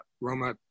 Roma